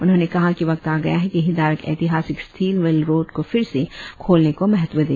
उन्होंने कहा कि वक्त आ गया है कि हितधारक ऐतिहासिक स्टिलवेल रोड को फिर से खोलने को महत्व दे